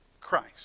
Christ